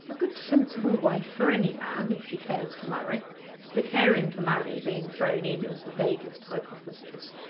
a good sensible wife for any man, if she cares to marry the caring to marry being thrown in as the vaguest hypothesis,